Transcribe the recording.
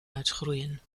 uitgroeien